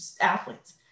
athletes